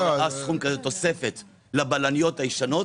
תוספת לבלניות הישנות